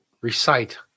recite